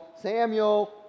Samuel